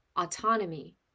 autonomy